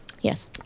Yes